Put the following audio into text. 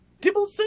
Dibbleson